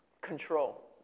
Control